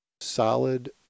solid